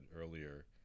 earlier